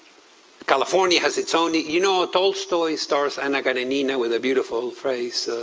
california has its own, you know tolstoy stars anna karenina with a beautiful phrase,